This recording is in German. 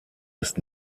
ist